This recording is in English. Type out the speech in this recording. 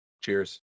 Cheers